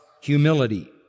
humility